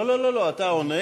לא, אתה עונה.